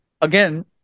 again